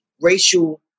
racial